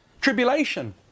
tribulation